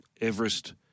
Everest